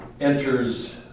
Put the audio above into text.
enters